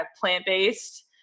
plant-based